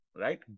Right